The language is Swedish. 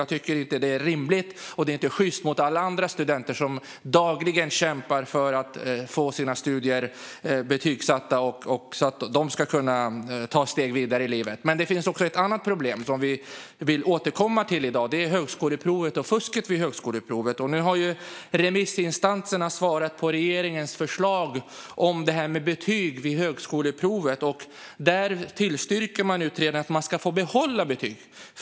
Jag tycker inte att det är rimligt. Det är inte sjyst mot alla andra studenter som dagligen kämpar för att få sina studier betygsatta så att de ska kunna ta ett steg vidare i livet. Det finns också ett annat problem som vi vill återkomma till i dag. Det är högskoleprovet och fusket vid högskoleprovet. Nu har remissinstanserna svarat på regeringens förslag om betyg vid högskoleprovet. Där tillstyrker de utredningens förslag att man ska få behålla betyg.